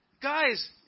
guys